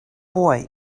boy